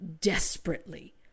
desperately